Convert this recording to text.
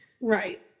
Right